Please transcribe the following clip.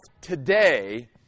today